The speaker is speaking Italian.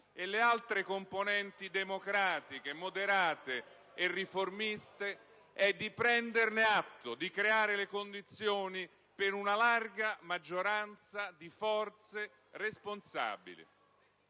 e dalle altre componenti democratiche, moderate e riformiste è di prenderne atto e di creare le condizioni per una larga maggioranza di forze responsabili.